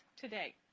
today